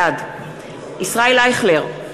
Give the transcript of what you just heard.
בעד ישראל אייכלר,